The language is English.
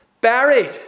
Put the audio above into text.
buried